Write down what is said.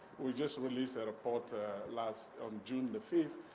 we just released a report last. on june the fifth,